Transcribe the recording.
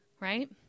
right